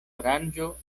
aranĝo